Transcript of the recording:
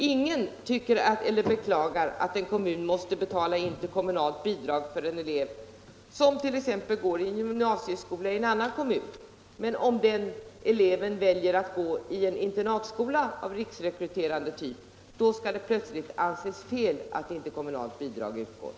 Ingen beklagar att en kommun måste betala interkommunalt bidrag för en elev, som t.ex. går i en gymnasieskola i en annan kommun än hemkommunen, men om eleven väljer att gå på en internatskola av riksrekryterande typ, skall det plötsligt anses fel att interkommunalt bidrag utgår.